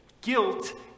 Guilt